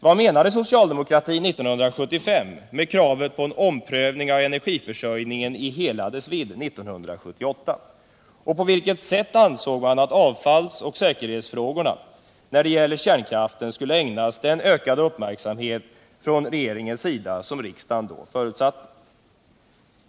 Vad menade socialdemokratin 1975 med kravet på en omprövning av energipolitiken i hela dess vidd 1978 och på vilket sätt ansåg man att avfallsoch säkerhetsfrågorna när det gäller kärnkraften skulle ägnas den ökade uppmärksamhet från regeringens sida som riksdagen då förutsatte?